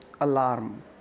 alarm